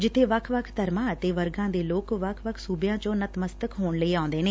ਜਿੱਬੇ ਵੱਖ ਵੱਖ ਧਰਮਾ ਅਤੇ ਵਰਗਾ ਦੇ ਲੋਕ ਵੱਖ ਵੱਖ ਸੁਬਿਆਂ ਚੋਂ ਨਤਮਸਤਕ ਹੋਣ ਲਈ ਆਉਂਦੇ ਨੇ